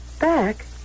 Back